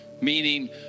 meaning